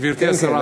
גברתי השרה,